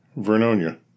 Vernonia